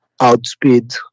outspeed